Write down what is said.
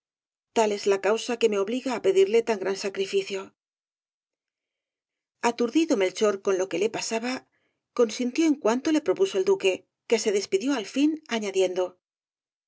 tal es la causa que me obliga á pedirle tan gran sacrificio aturdido melchor con lo que le pasaba consintió en cuanto le propuso el duque que se despidió al fin añadiendo